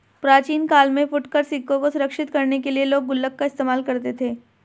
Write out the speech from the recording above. प्राचीन काल में फुटकर सिक्कों को सुरक्षित करने के लिए लोग गुल्लक का इस्तेमाल करते थे